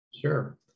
Sure